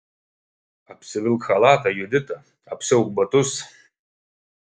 apsivilk chalatą judita apsiauk batus